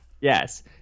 Yes